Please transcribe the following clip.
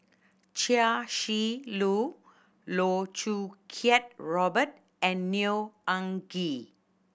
Chia Shi Lu Loh Choo Kiat Robert and Neo Anngee